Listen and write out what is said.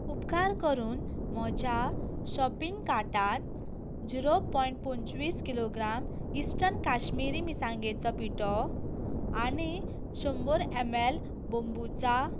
उपकार करून म्हज्या शॉपिंग कार्टांत झिरो पॉयंट पंचवीस किलोग्राम इस्टर्न काश्मिरी मिरसांगेचो पिठो आनी शंबर एम एल बंबुचा